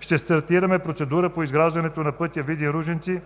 Ще стартираме процедура по изграждането на пътя Видин – Ружинци